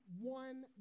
one